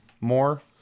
more